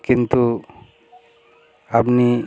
কিন্তু আপনি